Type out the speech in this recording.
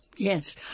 Yes